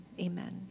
amen